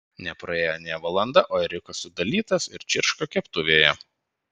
nepraėjo nė valanda o ėriukas sudalytas ir čirška keptuvėje